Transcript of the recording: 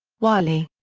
wiley.